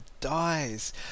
dies